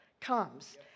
comes